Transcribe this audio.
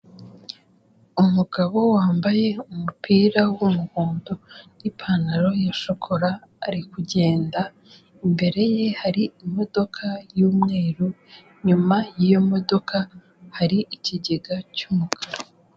Umugabo wambaye umupira w'umuhondo n'ipantaro ya shokola ariku kugenda imbere ye hari imodoka y'umweru inyuma y'iyo modoka hari ikigega cy'umukara.